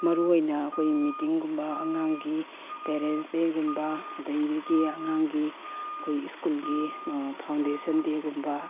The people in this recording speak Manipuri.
ꯃꯔꯨ ꯑꯣꯏꯅ ꯑꯩꯈꯣꯏ ꯃꯤꯇꯤꯡꯒꯨꯝꯕ ꯑꯉꯥꯡꯒꯤ ꯄꯦꯔꯦꯟꯁ ꯗꯦꯒꯨꯝꯕ ꯑꯗꯩꯗꯒꯤ ꯑꯉꯥꯡꯒꯤ ꯑꯩꯈꯣꯏ ꯁ꯭ꯀꯨꯜꯒꯤ ꯐꯥꯎꯟꯗꯦꯁꯟ ꯗꯦꯒꯨꯝꯕ